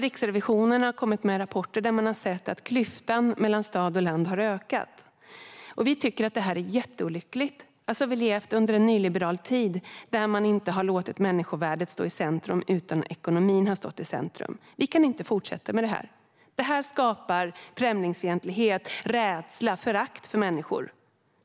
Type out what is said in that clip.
Riksrevisionen har kommit med rapporter om att klyftan mellan stad och land har ökat. Vi tycker att det är jätteolyckligt. Vi har levt i en nyliberal tid då man inte har låtit människovärdet utan ekonomin stå i centrum. Vi kan inte fortsätta så här. Det skapar främlingsfientlighet, rädsla och förakt för människor.